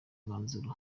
mwanzuro